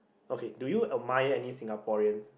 okay do you admire any Singaporeans